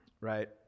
right